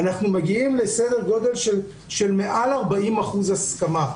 אנחנו מגיעים לסדר גודל של מעל 40% הסכמה.